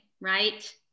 right